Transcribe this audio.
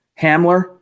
Hamler